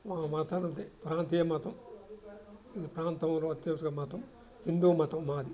మా మతమంటే ప్రాంతీయ మతం ప్రాంతంలో అత్యధిక మతం హిందూ మతం మాది